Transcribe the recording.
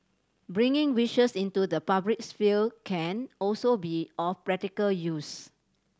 bringing wishes into the public sphere can also be of practical use